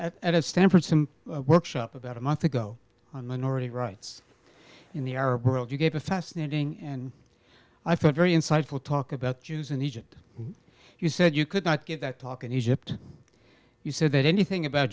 and at stanford workshop about a month ago on minority rights in the arab world you gave us fascinating and i thought very insightful talk about jews in egypt you said you could not get that talk in egypt you said that anything about